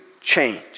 change